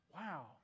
Wow